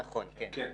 נכון, כן.